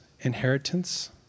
inheritance